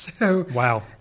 Wow